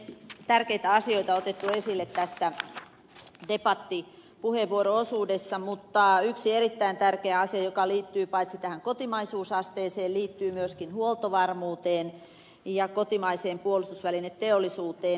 tärkeitä asioita on otettu esille tässä debattipuheenvuoro osuudessa ja yksi erittäin tärkeä asia joka liittyy paitsi tähän kotimaisuusasteeseen liittyy myöskin huoltovarmuuteen ja kotimaiseen puolustusvälineteollisuuteen